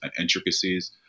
intricacies